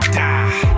die